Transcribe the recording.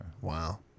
Wow